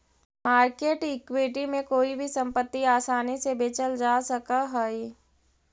market equity में कोई भी संपत्ति आसानी से बेचल जा सकऽ हई